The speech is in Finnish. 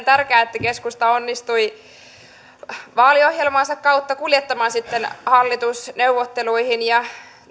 tärkeää että keskusta onnistui norminpurun vaaliohjelmansa kautta kuljettamaan sitten hallitusneuvotteluihin ja